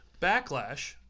backlash